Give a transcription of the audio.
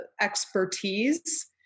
expertise